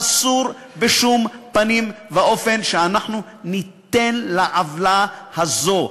אסור לנו בשום פנים ואופן לתת לעוולה הזאת,